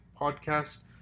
podcast